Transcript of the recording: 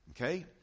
Okay